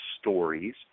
stories